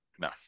No